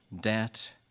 debt